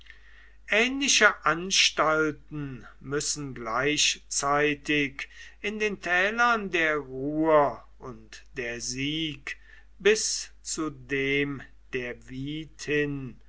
ähnliche anstalten müssen gleichzeitig in den tälern der ruhr und der sieg bis zu dem der